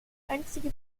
einzige